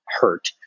hurt